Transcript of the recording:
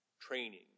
training